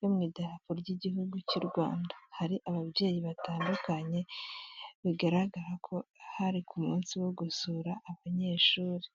yo mu idarapo ry'igihugu cy'u Rwanda. Hari ababyeyi batandukanye bigaragara ko hari ku munsi wo gusura abanyeshuri.